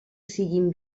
siguin